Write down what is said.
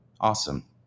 Awesome